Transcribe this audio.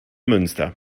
münster